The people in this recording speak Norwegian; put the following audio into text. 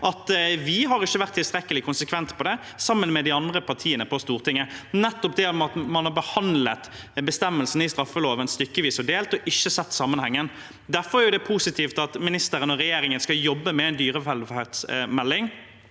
har vært tilstrekkelig konsekvent på det, sammen med de andre partiene på Stortinget. Man har behandlet bestemmelsene i straffeloven stykkevis og delt og ikke sett sammenhengen. Derfor er det positivt at ministeren og regjeringen skal jobbe med en dyrevelferdsmelding